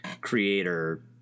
creator